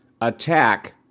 attack